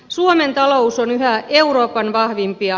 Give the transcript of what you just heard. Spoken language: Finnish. suomen talous on yhä euroopan vahvimpia